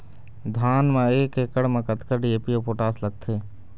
धान म एक एकड़ म कतका डी.ए.पी अऊ पोटास लगथे?